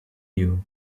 you